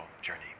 journey